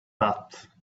that